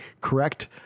correct